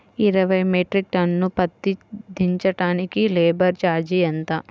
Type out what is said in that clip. ఇరవై metric ton పత్తి దించటానికి లేబర్ ఛార్జీ ఎంత?